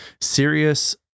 serious